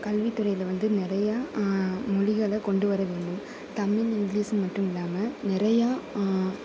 கல்வித்துறையில் வந்து நிறையா மொழிகளை கொண்டு வர வேணும் தமிழ் இங்கிலீஸ் மட்டும் இல்லாமல் நிறையா